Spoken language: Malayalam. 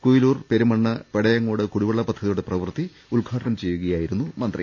കുയിലൂർ പെരുമണ്ണ് പെടയങ്ങോട് കൂടിവെള്ള പദ്ധതിയുടെ പ്രവർത്തി ഉദ്ഘാ ടനം ചെയ്യുകയായിരുന്നു മന്ത്രി